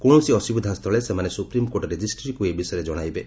କୌଣସି ଅସୁବିଧାସ୍ଥଳେ ସେମାନେ ସୁପ୍ରିମକୋର୍ଟ ରେକିଷ୍ଟ୍ରିକୁ ଏ ବିଷୟରେ ଜଣାଇବେ